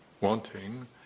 wanting